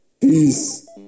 Peace